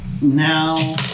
now